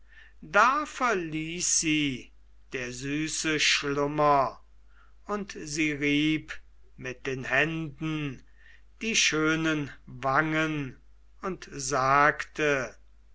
da verließ sie der süße schlummer und sie rieb mit den händen die schönen wangen und sagte